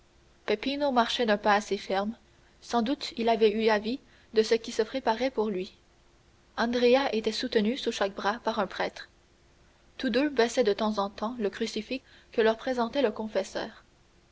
marchait d'un pas assez ferme sans doute il avait eu avis de ce qui se préparait pour lui andrea était soutenu sous chaque bras par un prêtre tous deux baisaient de temps en temps le crucifix que leur présentait le confesseur